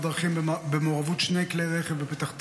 דרכים במעורבות שני כלי רכב בפתח תקווה.